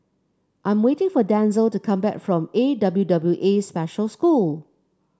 I'm waiting for Denzell to come back from A W W A Special School